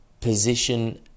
position